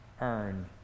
earn